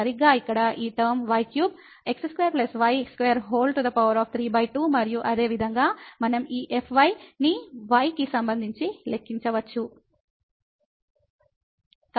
సరిగ్గా ఇక్కడ ఈ టర్మ y3 x2 y2 32 మరియు అదేవిధంగా మనం ఈ fy ని y కి సంబంధించి లెక్కించవచ్చు